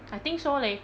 I think so leh